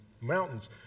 mountains